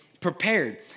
prepared